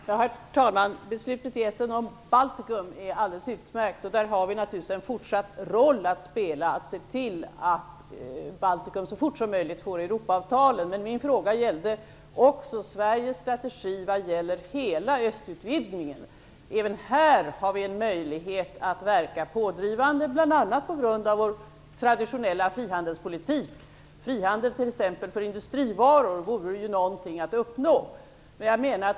Herr talman! Beslutet vid mötet i Essen om Baltikum är alldeles utmärkt. Där har vi en fortsatt roll att spela, dvs. se till att Baltikum så fort som möjligt får Europaavtal. Min fråga gällde också Sveriges strategi vad gäller hela östutvidgningen. Även här har vi en möjlighet att verka pådrivande, bl.a. tack vare vår traditionella frihandelspolitik. Frihandel för t.ex. industrivaror vore något att uppnå.